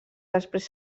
després